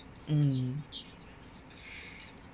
mm